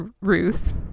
Ruth